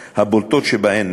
הבולטות שבהן הן: